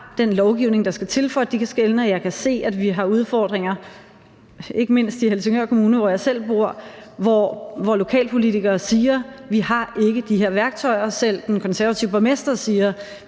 den lovgivning, der skal til, for at de kan skelne. Jeg kan se, at vi har udfordringer ikke mindst i Helsingør Kommune, hvor jeg selv bor, hvor lokalpolitikere siger: Vi har ikke de her værktøjer. Selv den konservative borgmester siger: